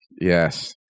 Yes